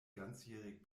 ganzjährig